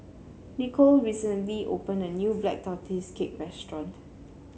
Nikole recently opened a new Black Tortoise Cake restaurant